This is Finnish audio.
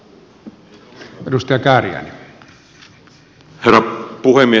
herra puhemies